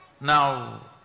Now